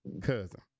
cousin